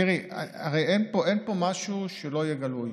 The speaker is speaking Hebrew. תראי, הרי אין פה משהו שלא יהיה גלוי.